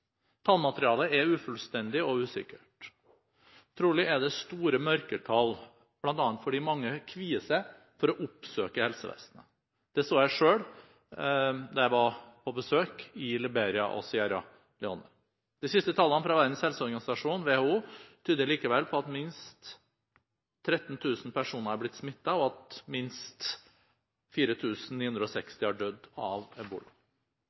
Tallmaterialet er ufullstendig og usikkert. Trolig er det store mørketall, bl.a. fordi mange kvier seg for å oppsøke helsevesenet. Det så jeg selv da jeg var på besøk i Liberia og Sierra Leone. De siste tallene fra Verdens helseorganisasjon, WHO, tyder likevel på at minst 13 000 personer er blitt smittet, og at minst 4 960 har dødd av ebola.